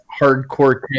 hardcore